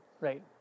Right